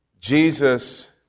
Jesus